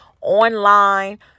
online